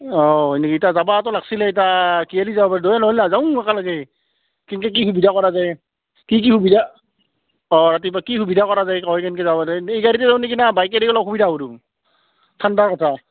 অঁ হয় নেকি এতিয়া যাবতো লাগিছিলেই এতিয়া কিহেদি যাব দুয়ো নহ'লে যাওঁ একেলগে কেনেকৈ কি সুবিধা কৰা যায় কি কি সুবিধা অঁ ৰাতিপুৱা কি সুবিধা কৰা যায় কই কেনেকৈ যাব পাৰে সেনেকৈ গাড়ীতে যাওঁ নেকি না বাইকেদি অলপ অসুবিধা হ'ব দেখোন ঠাণ্ডাৰ কথা